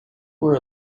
were